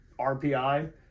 RPI